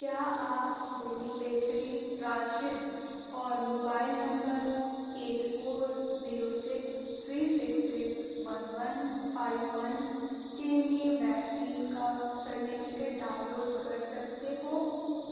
کیا آپ بینیفشیری راشد اور mobile number eight four zero six three six six one one five one کے لیے ویکسین کا سرٹیفکیٹ ڈاؤن لوڈ کر سکتے ہو